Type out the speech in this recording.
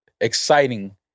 exciting